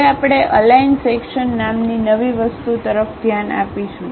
હવે આપણે align section નામની નવી વસ્તુ તરફ ધ્યાન આપીશું